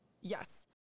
Yes